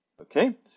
Okay